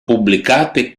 pubblicate